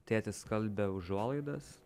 tėtis skalbia užuolaidas